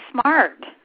smart